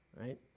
right